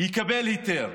יקבל היתר.